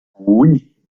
oui